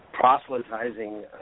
proselytizing